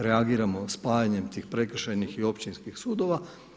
Reagiramo spajanjem tih prekršajnih i općinskih sudova.